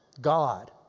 God